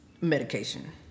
medication